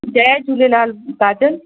जय Jhulelal काजल